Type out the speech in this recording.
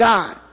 God